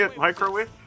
Microwave